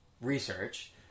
research